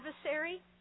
adversary